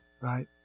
right